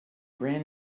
ran